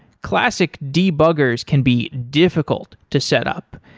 classic debuggers can be difficult to set up,